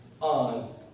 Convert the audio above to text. on